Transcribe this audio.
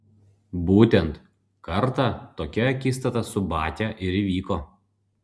būtent kartą tokia akistata su batia ir įvyko